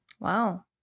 Wow